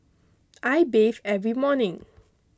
I bathe every morning